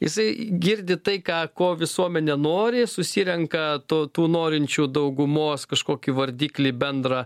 jisai girdi tai ką ko visuomenė nori susirenka tautų norinčių daugumos kažkokį vardiklį bendrą